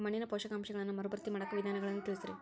ಮಣ್ಣಿನ ಪೋಷಕಾಂಶಗಳನ್ನ ಮರುಭರ್ತಿ ಮಾಡಾಕ ವಿಧಾನಗಳನ್ನ ತಿಳಸ್ರಿ